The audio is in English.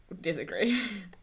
Disagree